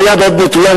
והיד עוד נטויה,